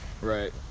Right